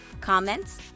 Comments